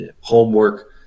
homework